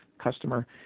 customer